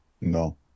No